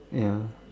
ya